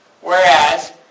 Whereas